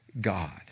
God